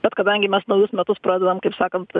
bet kadangi mes naujus metus pradedam kaip sakant